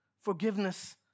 forgiveness